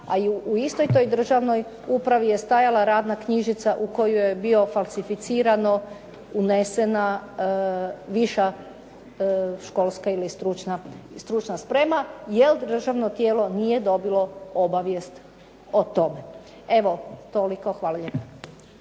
a i u istoj toj državnoj upravi je stajala radna knjižica u kojoj je bio falsificirano unesena viša školska ili stručna sprema, jel državno tijelo nije dobilo obavijest o tome. Evo toliko, hvala lijepa.